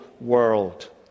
world